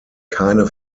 keine